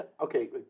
Okay